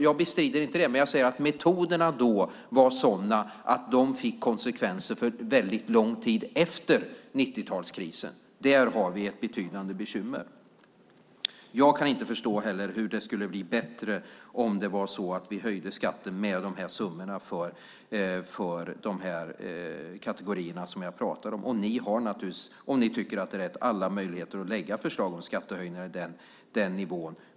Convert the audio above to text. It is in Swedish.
Jag bestrider inte det, men jag säger att metoderna var sådana att de fick konsekvenser en lång tid efter 90-talskrisen. Där har vi ett betydande bekymmer. Jag kan inte förstå hur det skulle bli bättre om vi höjde skatten med de summorna för de kategorier som jag pratade om. Ni har om ni tycker det är rätt alla möjligheter att lägga fram förslag om skattehöjningar på den nivån.